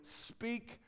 speak